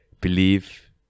believe